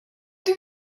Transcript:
did